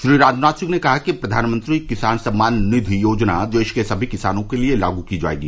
श्री राजनाथ सिंह ने कहा कि प्रधानमंत्री किसान सम्मान निधि योजना देश के सभी किसानों के लिए लागू की जाएगी